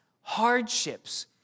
hardships